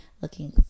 looking